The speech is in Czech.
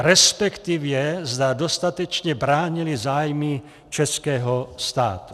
Respektive, zda dostatečně bránily zájmy českého státu.